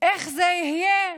איך זה יהיה,